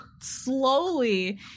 slowly